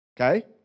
okay